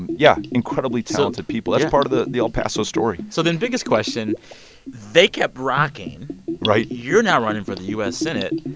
and yeah, incredibly talented. so. people. that's part of the the el paso story so then, biggest question they kept rocking right you're now running for the u s. senate.